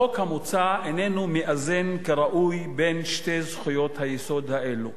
החוק המוצע איננו מאזן כראוי בין שתי זכויות היסוד האלו.